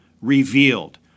revealed